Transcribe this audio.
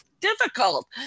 difficult